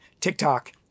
TikTok